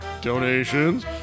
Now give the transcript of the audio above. donations